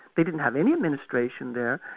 they didn't have any administration there,